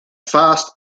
fast